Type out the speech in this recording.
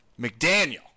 McDaniel